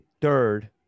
third